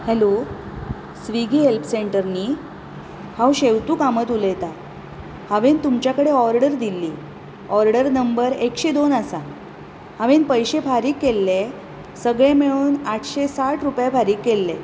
hello Swiggy help centre न्ही हांव शेंवतूं कामत उलयतां हांवेन तुमच्या कडेन ऑर्डर दिल्ली ऑर्डर नंबर एकशें दोन आसा हांवेन पयशे फारीक केल्ले सगळे मेळून आठशें साठ रुपय फारीक केल्ले